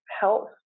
health